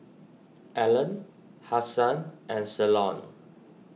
Allene Hasan and Ceylon